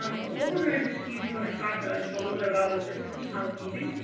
um so what we're going to do this evening. we're going to talk just a little bit about logistics and housekeeping.